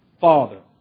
Father